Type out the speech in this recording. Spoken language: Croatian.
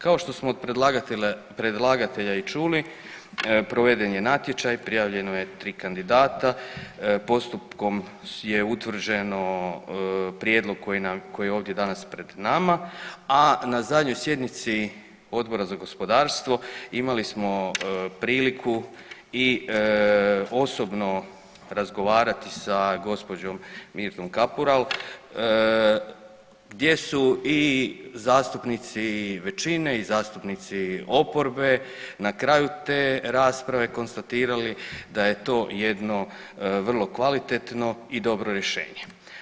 Kao što smo od predlagatelja i čuli proveden je natječaj, prijavljeno je tri kandidata, postupkom je utvrđeno prijedlog koji je ovdje danas pred nama, a na zadnjoj sjednici Odbora za gospodarstvo imali smo i priliku osobno razgovarati sa gospođom Mirtom Kapural gdje su i zastupnici većine i zastupnici oporbe na kraju te rasprave konstatirali da je to jedno vrlo kvalitetno i dobro rješenje.